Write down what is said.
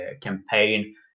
campaign